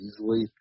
easily